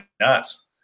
nuts